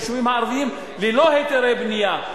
נבנו ביישובים הערביים ללא היתרי בנייה.